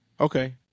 Okay